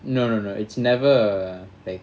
no no no it's never like